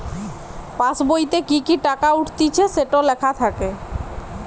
পাসবোইতে কি কি টাকা উঠতিছে সেটো লেখা থাকে